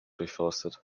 durchforstet